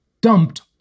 dumped